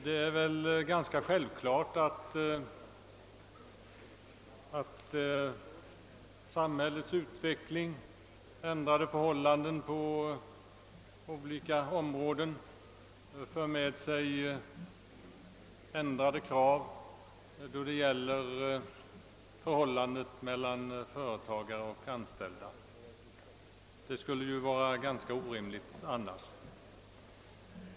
Det är självklart att samhällets utveckling med ändrade villkor på olika områden för med sig nya krav på förhållandet mellan företagare och anställda; det skulle vara orimligt annars.